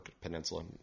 peninsula